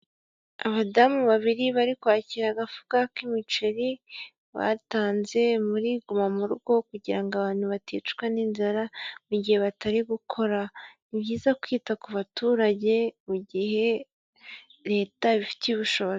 Abadamu babiri bari kwakira agafuka k'imiceri, batanze muri guma mu rugo kugira ngo abantu baticwa n'inzara mu gihe batari gukora. Ni byiza kwita ku baturage mu gihe leta ibifitiye ubushobozi.